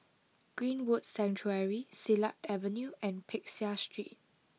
Greenwood Sanctuary Silat Avenue and Peck Seah Street